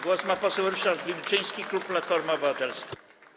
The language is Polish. Głos ma poseł Ryszard Wilczyński, klub Platforma Obywatelska.